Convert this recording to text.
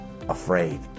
afraid